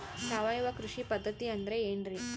ಸಾವಯವ ಕೃಷಿ ಪದ್ಧತಿ ಅಂದ್ರೆ ಏನ್ರಿ?